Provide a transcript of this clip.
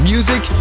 Music